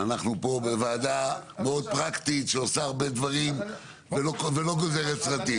אנחנו פה בוועדה מאוד פרקטית שעושה הרבה דברים ולא גוזרת סרטים.